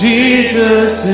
Jesus